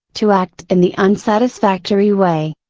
to act in the unsatisfactory way.